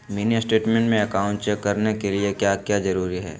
Mini statement में account check करने के लिए क्या क्या जरूरी है?